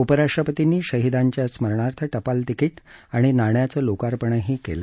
उपराष्ट्रपतीनी शहीदाच्या स्मार्णाथ टपाल तिकीट आणि नाण्याचं लोकपर्ण ही केलं